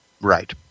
Right